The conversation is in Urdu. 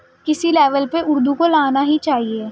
کسی لیول پہ اردو کو لانا ہی چاہیے